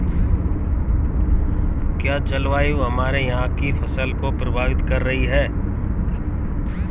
क्या जलवायु हमारे यहाँ की फसल को प्रभावित कर रही है?